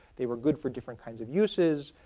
they were good for different kinds of uses.